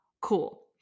cool